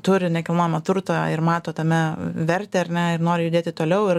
turi nekilnojamo turto ir mato tame vertę ar ne ir nori judėti toliau ir